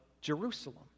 Jerusalem